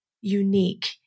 unique